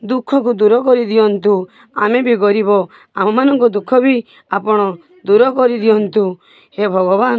ଦୁଃଖକୁ ଦୂର କରି ଦିଅନ୍ତୁ ଆମେବି ଗରିବ ଆମ ମାନଙ୍କ ଦୁଃଖ ବି ଆପଣ ଦୂର କରି ଦିଅନ୍ତୁ ହେ ଭଗବାନ